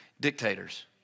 dictators